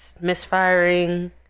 misfiring